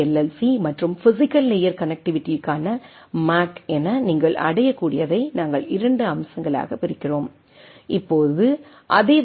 C மற்றும் physical layer கனெக்ட்டிவிட்டிற்கான MAC என நீங்கள் அடையக்கூடியதை நாங்கள் 2 அம்சங்களாக பிரிக்கிறோம் இப்போது அதே வகை எல்